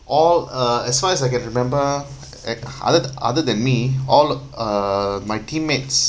all uh as far as I can remember act other than other than me all uh my teammates